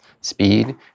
speed